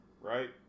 right